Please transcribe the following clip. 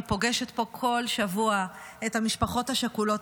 אני פוגשת פה כל שבוע את המשפחות השכולות.